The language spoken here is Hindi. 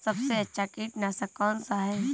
सबसे अच्छा कीटनाशक कौनसा है?